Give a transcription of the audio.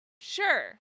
Sure